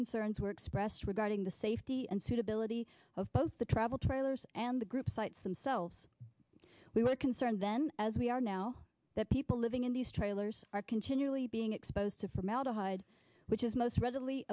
concerns were expressed regarding the safety and suitability of both the travel trailers and the group sites themselves we were concerned then as we are now the people living in these trailers are continually being exposed to formaldehyde which is most readily